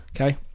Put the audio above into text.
okay